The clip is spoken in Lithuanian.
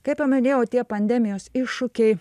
kaip jau minėjau tie pandemijos iššūkiai